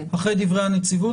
אחרי דברי הנציבות,